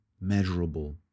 measurable